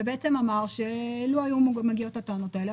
ובעצם אמר שלו היו מגיעות הטענות האלה,